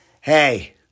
hey